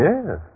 Yes